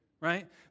right